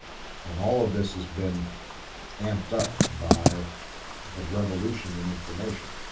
and all of this has been amped up by the revolution in information,